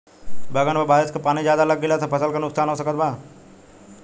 बैंगन पर बारिश के पानी ज्यादा लग गईला से फसल में का नुकसान हो सकत बा?